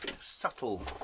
subtle